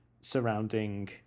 surrounding